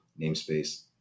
namespace